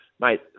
mate